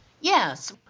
Yes